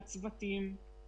על צוותים,